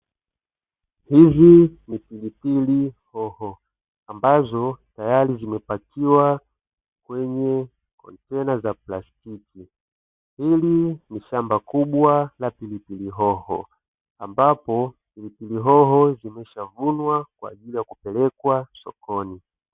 Hizi ni pilipili hoho, ambazo tayari zimepakiwa kwenye kontena za plastiki, hili ni shamba kubwa la pilipili hoho ambapo pilipili hoho zimeshavunwa kwa ajili ya kupelekwa sokoni.